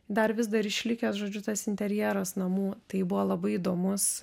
dar vis dar išlikęs žodžiu tas interjeras namų tai buvo labai įdomus